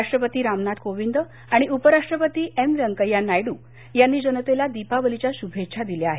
राष्ट्रपती रामनाथ कोविंद आणि उपराष्ट्रपती व्यंकय्या नायडू यांनी जनतेला दिपवलीच्या शुभेच्छा दिल्या आहेत